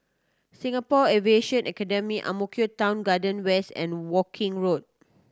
Singapore Aviation Academy Ang Mo Kio Town Garden West and Woking Road